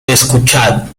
escuchad